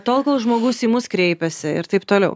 tol kol žmogus į mus kreipiasi ir taip toliau